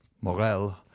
Morel